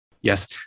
yes